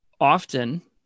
often